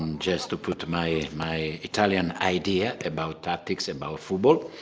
um just to put my my italian idea about tactics, about football,